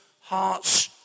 hearts